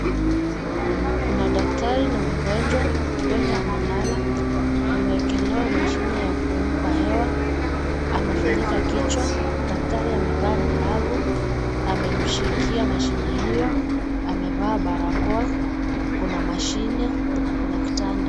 Kuna daktari na mgonjwa, mgonjwa amelala, ameekelewa mashine ya kumpa hewa ,amefunikwa kichwa, daktari amevaa glavu, amemshikia mashine hiyo, amevaa barakoa, kuna mashine, kuna kitanda.